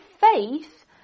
faith